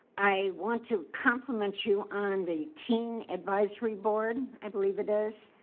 i want to compliment you on the teen advisory board. i believe it is.